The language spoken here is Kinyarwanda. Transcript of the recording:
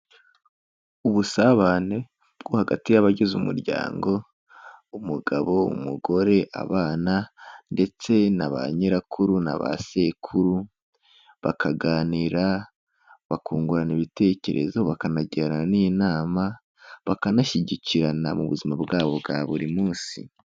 Ubusabane bwo hagati y'abagize umuryango, umugabo, umugore, abana ndetse na ba nyirakuru na ba sekuru bakaganira, bakungurana ibitekerezo, bakanagirana n'inama, bakanashyigikirana mu buzima bwabo bwa buri munsi.